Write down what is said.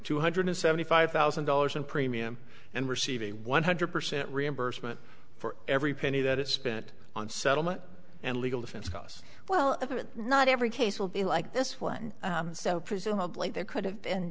two hundred seventy five thousand dollars in premiums and receive a one hundred percent reimbursement for every penny that it spent on settlement and legal defense costs well not every case will be like this one so presumably there could have been